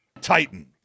Titan